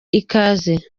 ikaze